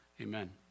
amen